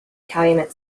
calumet